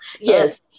Yes